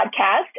podcast